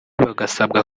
bagasabwa